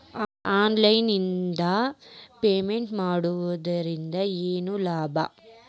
Online ನಿಂದ payment ಮಾಡುವುದರಿಂದ ಏನು ಲಾಭ?